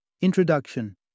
Introduction